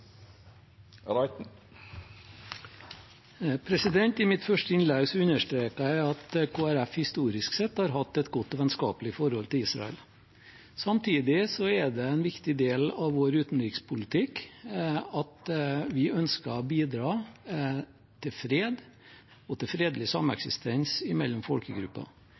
I mitt første innlegg understreket jeg at Kristelig Folkeparti historisk sett har hatt et godt og vennskapelig forhold til Israel. Samtidig er det en viktig del av vår utenrikspolitikk at vi ønsker å bidra til fred og til fredelig sameksistens mellom folkegrupper.